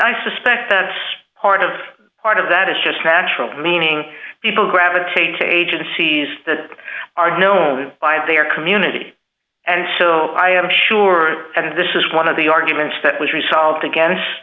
i suspect that part of part of that is just natural meaning people gravitate to agencies that are known by their community and so i am sure and this is one of the arguments that was resolved against